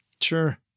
sure